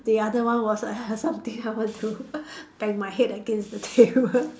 the other one was uh something I want to bang my head against the table